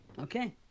Okay